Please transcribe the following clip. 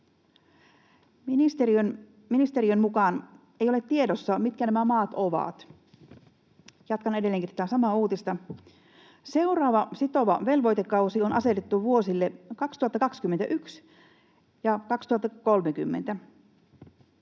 Ministeriön mukaan ei ole tiedossa, mitkä nämä maat ovat.” Jatkan edelleenkin tätä samaa uutista: ”Seuraava sitova velvoitekausi on asetettu vuosille 2021 ja 2030.